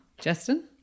Justin